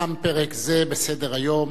תם פרק זה בסדר-היום,